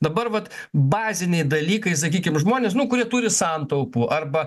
dabar vat baziniai dalykai sakykim žmonės nu kurie turi santaupų arba